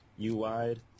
U-wide